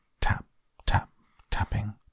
tap-tap-tapping